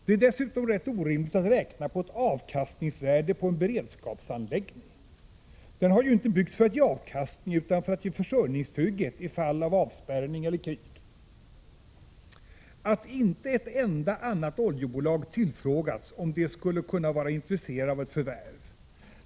Det är dessutom rätt orimligt att räkna på ett avkastningsvärde på en beredskapsanläggning — den har ju inte byggts för att ge avkastning, utan för att ge försörjningstrygghet i fall av avspärrning eller krig. att inte ett enda annat oljebolag tillfrågats om det skulle kunna vara intresserat av ett förvärv.